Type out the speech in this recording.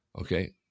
Okay